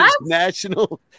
national